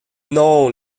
noms